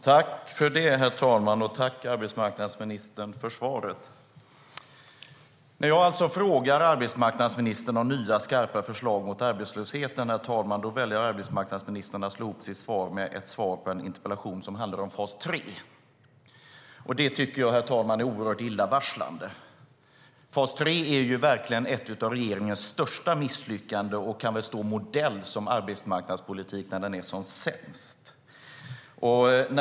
Herr talman! Tack för svaret, arbetsmarknadsministern. När jag frågar arbetsmarknadsministern om nya skarpa förslag mot arbetslösheten, herr talman, väljer arbetsmarknadsministern att slå ihop sitt svar med ett svar på en interpellation som handlar om fas 3. Det är oerhört illavarslande. Fas 3 är verkligen ett av regeringens största misslyckanden och kan stå modell för arbetsmarknadspolitik när den är som sämst.